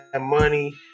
money